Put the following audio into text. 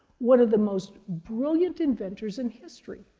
one of the most brilliant inventors in history.